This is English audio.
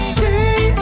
Stay